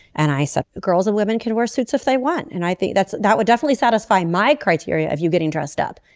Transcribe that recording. and i said girls and women can wear suits if they want. and i think that's that would definitely satisfy my criteria of you getting dressed up.